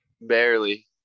Barely